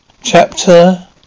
Chapter